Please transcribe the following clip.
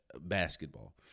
basketball